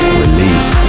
release